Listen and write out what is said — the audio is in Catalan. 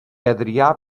adrià